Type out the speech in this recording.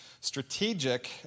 Strategic